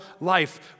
life